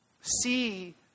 see